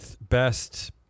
best